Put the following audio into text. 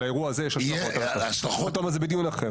לאירוע הזה יש השלכות, ואתה אומר שזה בדיון אחר.